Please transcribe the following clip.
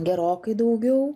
gerokai daugiau